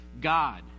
God